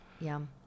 Yum